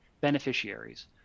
beneficiaries